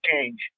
change